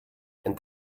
and